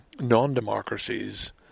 non-democracies